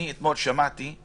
אני אתמול שמעתי על